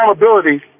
accountability